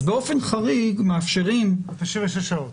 אז באופן חריג מאפשרים --- 96 שעות.